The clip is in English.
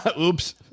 Oops